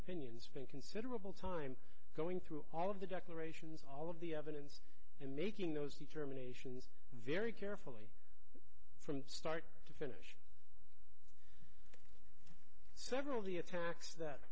opinion spend considerable time going through all of the declarations all of the evidence and making those determinations very carefully from start to fit several of the attacks that